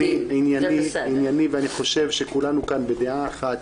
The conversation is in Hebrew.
אני חושב שכולנו כאן בדעה אחת.